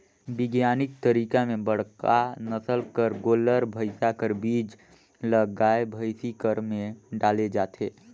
बिग्यानिक तरीका में बड़का नसल कर गोल्लर, भइसा कर बीज ल गाय, भइसी कर में डाले जाथे